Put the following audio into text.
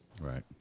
Right